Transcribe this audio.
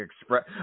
express